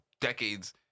decades